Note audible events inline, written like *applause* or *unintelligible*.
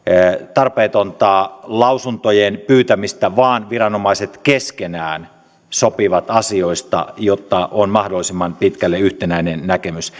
tarpeetonta lausuntojen pyytämistä vaan viranomaiset keskenään sopivat asioista jotta on mahdollisimman pitkälle yhtenäinen näkemys *unintelligible*